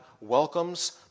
welcomes